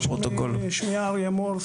שמי אריה מור,